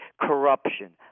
corruption